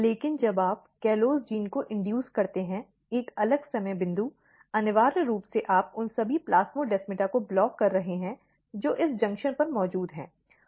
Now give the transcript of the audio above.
लेकिन जब आप CALLOSE जीन को इंड्यूज़ करते हैं एक अलग समय बिंदु अनिवार्य रूप से आप उन सभी प्लास्मोडेमाटा को ब्लॉक रहे हैं जो इस जंक्शन पर मौजूद हैं